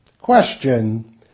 Question